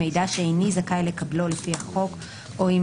מידע שאיני זכאי לקבלו לפי החוק או אם